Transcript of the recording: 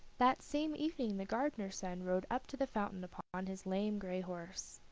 that same evening the gardener's son rode up to the fountain upon his lame gray horse.